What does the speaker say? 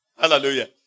Hallelujah